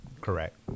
Correct